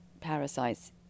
parasites